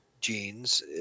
genes